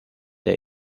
der